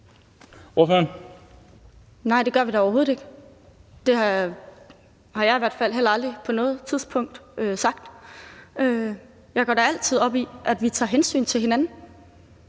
Nej, det gør vi da overhovedet ikke, og det har jeg i hvert fald heller aldrig på noget tidspunkt sagt. Jeg går da altid op i, at vi tager hensyn til hinanden,